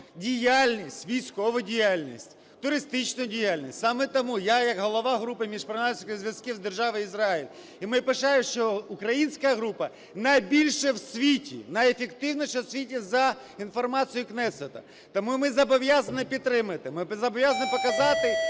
діяльність, військову діяльність, туристичну діяльність. Саме тому я як голова групи міжпарламентських зв'язків з державою Ізраїль, і ми пишаємося, що українська група найбільша в світі, найефективніша в світі за інформацією кнесету. Тому ми зобов'язані підтримати, ми зобов'язані показати